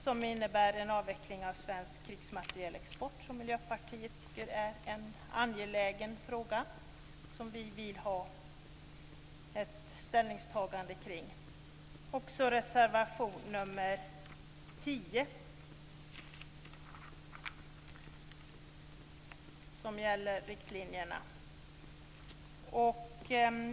Den handlar om en avveckling av svensk krigsmaterielexport, vilket Miljöpartiet tycker är en angelägen fråga som vi vill ha ett ställningstagande kring. Jag yrkar också bifall till reservation 10, som rör riktlinjerna.